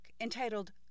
entitled